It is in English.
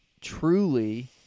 truly